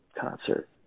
concert